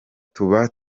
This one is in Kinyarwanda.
tuba